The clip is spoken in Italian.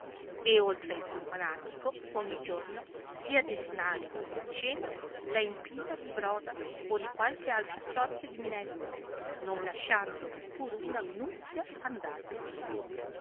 e oltre il companatico ogni giorno sì a desinare come a cena la empiva di broda o di qualche altra sorte di minestra non lasciandone pur una minuzia andare a male